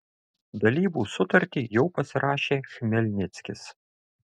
dalybų sutartį jau pasirašė chmelnickis